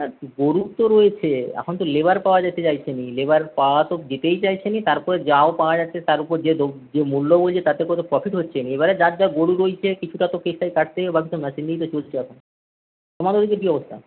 হ্যাঁ গরু তো রয়েছে এখন তো লেবার পাওয়া যেতে চাইছে না লেবার পাওয়া তো যেতেই চাইছে না তারপরে যাও পাওয়া যাচ্ছে তার উপর যে মূল্য বলছে তাতে করে প্রফিট হচ্ছে না এবারে যার যা গরু রয়েছে কিছুটা তো মেশিন দিয়ে তোমাদের ওইদিকে কী অবস্থা